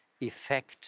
effect